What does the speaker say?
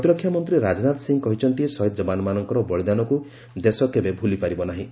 ପ୍ରତିରକ୍ଷାମନ୍ତ୍ରୀ ରାଜନାଥ ସିଂହ କହିଛନ୍ତି ସହିଦ ଜବାନମାନଙ୍କର ବଳିଦାନକୁ ଦେଶ କେବେ ଭ୍ତଲିପାରିବ ନାହିଁ